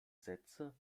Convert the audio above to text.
sätze